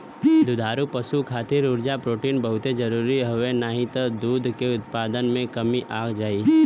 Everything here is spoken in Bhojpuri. दुधारू पशु खातिर उर्जा, प्रोटीन बहुते जरुरी हवे नाही त दूध के उत्पादन में कमी आ जाई